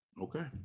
Okay